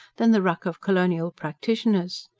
than the ruck of colonial practitioners.